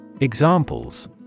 Examples